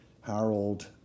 Harold